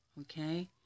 okay